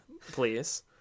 please